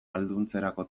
ahalduntzerako